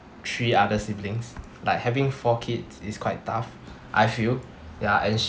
three other siblings like having four kids is quite tough I feel ya and